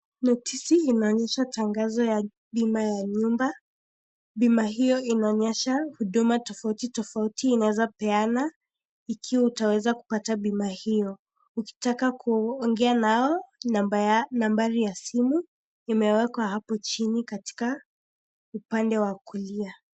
Notisi inaonyesha tangazo ya bima ya nyumba. Bima hiyo inaonyesha huduma tofauti-tofauti inazaepeana ikiwa utaweza kupata bima hiyo. Ukitaka kuongea nao, nambari ya simu imewekwa hapo chini katika upande wa kulia.